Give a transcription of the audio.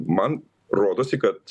man rodosi kad